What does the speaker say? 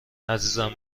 عزیزم